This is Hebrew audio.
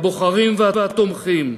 הבוחרים והתומכים,